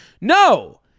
No